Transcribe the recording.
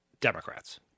Democrats